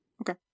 Okay